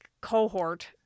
cohort